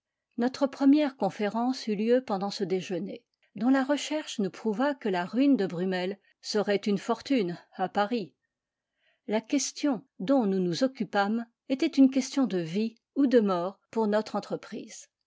notre première conférence eut lieu pendant ce déjeuner dont la recherche nous prouva que la ruine de brummel serait une fortune à paris la question dont nous nous occupâmes était une question de vie ou de mort pour notre entreprise